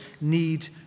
need